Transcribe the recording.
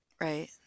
right